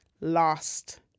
last